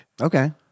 Okay